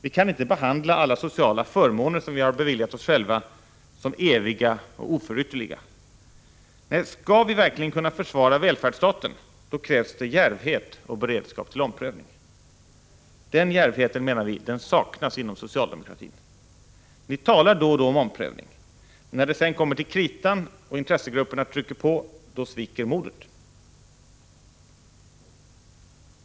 Vi kan inte behandla alla sociala förmåner som vi har beviljat oss själva som eviga och oförytterliga. Nej, skall vi verkligen kunna försvara välfärdsstaten — då krävs det djärvhet och beredskap till omprövning. Den djärvheten, menar vi, saknas inom socialdemokratin. Ni talar då och då om omprövning. Men när det sedan kommer till kritan och intressegrupperna trycker på, då sviker modet.